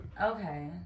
Okay